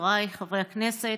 חבריי חברי הכנסת,